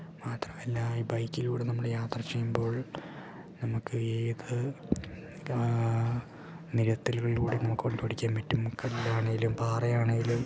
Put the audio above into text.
മാത്രമല്ല ഈ ബൈക്കിലൂടെ നമ്മൾ യാത്ര ചെയ്യുമ്പോൾ നമുക്ക് ഏതു നിരത്തുകളിലൂടെയും നമുക്ക് കൊണ്ടോടിക്കാമ്പറ്റും കല്ലാണെങ്കിലും പാറയാണെങ്കിലും